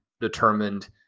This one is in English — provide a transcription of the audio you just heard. determined